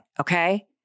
okay